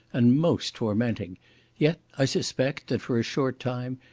and most tormenting yet i suspect that, for a short time,